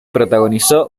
protagonizó